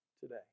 today